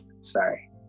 sorry